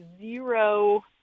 zero